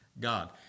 God